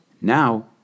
now